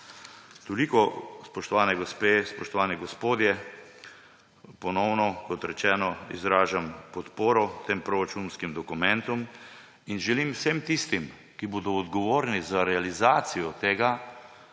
Toliko, spoštovane gospe, spoštovani gospodje, ponovno, kot rečeno, izražam podporo tem proračunskim dokumentom in želim vsem tistim, ki bodo odgovorni za realizacijo teh